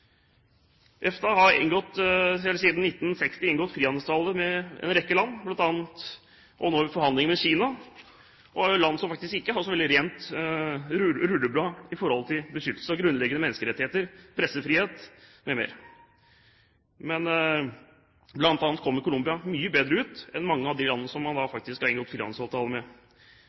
EFTA har siden 1960 inngått frihandelsavtaler med en rekke land, og nå forhandler vi med Kina. Det er ikke alle land som har like rent rulleblad når det gjelder beskyttelse av grunnleggende menneskerettigheter, pressefrihet m.m. Blant annet kommer Colombia mye bedre ut enn mange av de landene man faktisk har inngått frihandelsavtaler med.